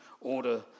order